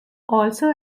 also